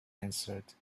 answered